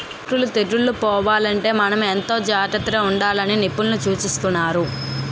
ఆకు తెగుళ్ళు పోవాలంటే మనం ఎంతో జాగ్రత్తగా ఉండాలని నిపుణులు సూచిస్తున్నారు